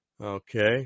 Okay